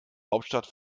hauptstadt